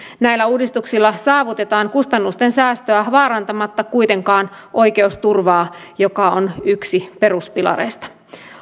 näillä uudistuksilla saavutetaan kustannusten säästöä vaarantamatta kuitenkaan oikeusturvaa joka on yksi peruspilareista